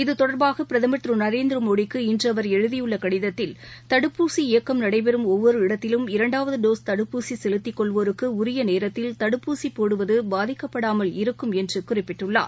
இது தொடர்பாக பிரதம் திரு நரேந்திரமோடிக்கு இன்று அவர் எழுதியுள்ள கடிதத்தில் தடுப்பூசி இயக்கம் நடைபெறும் ஒவ்வொரு இடத்திலும் இரண்டாவது டோஸ் தடுப்பூசி செலுத்திக் கொள்வோருக்கு உரிய நேரத்தில் தடுப்பூசி போடுவது பாதிக்கப்படாமல் இருக்கும் என்று குறிப்பிட்டுள்ளார்